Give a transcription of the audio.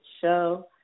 Show